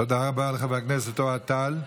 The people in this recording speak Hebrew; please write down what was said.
תודה רבה לחבר הכנסת אוהד טל.